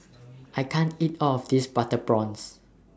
I can't eat All of This Butter Prawns